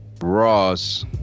Ross